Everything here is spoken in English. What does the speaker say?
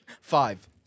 Five